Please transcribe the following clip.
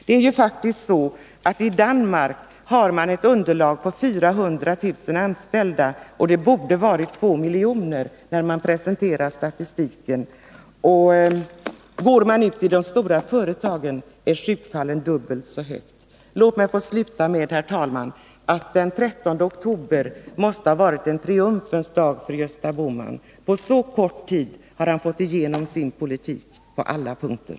Det är nämligen så att man i Danmark har ett underlag på 400 000 anställda när man presenterar statistiken, men det borde vara 2 miljoner. Går man ut till de stora företagen finner man att sjukfrånvaron är dubbelt så hög. Låt mig, herr talman, få sluta med att säga att den 13 oktober måste ha varit en triumfens dag för Gösta Bohman. På så kort tid som fyra år har han fått igenom sin politik på alla punkter.